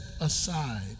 aside